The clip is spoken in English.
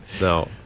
No